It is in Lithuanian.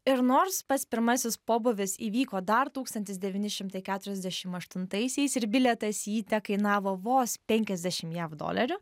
ir nors pats pirmasis pobūvis įvyko dar tūkstantis devyni šimtai keturiasdešim aštuntaisiais ir bilietas į jį tekainavo vos penkiasdešim jav dolerių